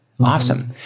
Awesome